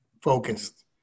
focused